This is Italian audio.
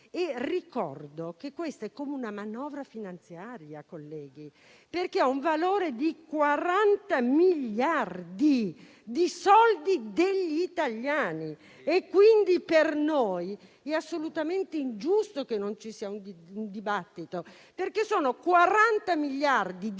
il provvedimento è come una manovra finanziaria colleghi perché ha un valore di 40 miliardi di soldi degli italiani e quindi per noi è assolutamente ingiusto che non ci sia un dibattito. Si tratta infatti di